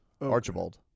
Archibald